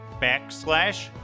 backslash